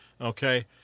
Okay